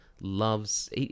loves